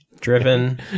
driven